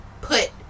put